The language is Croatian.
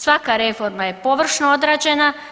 Svaka reforma je površno odrađena.